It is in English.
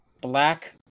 Black